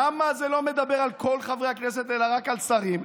למה זה לא מדבר על כל חברי הכנסת אלא רק על שרים?